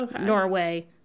Norway